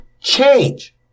change